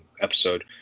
episode